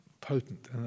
potent